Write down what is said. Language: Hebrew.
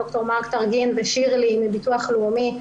ד"ר מרק טרגין ושירלי מביטוח לאומי,